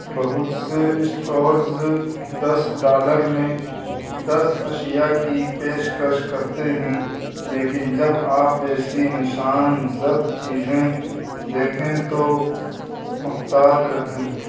بہت سے اسٹورز دس ڈالر میں دس اشیا کی پیشکش کرتے ہیں لیکن جب آپ ایسی نشان زد چیزیں دیکھیں تو محتاط رہیں